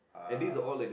ah